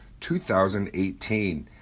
2018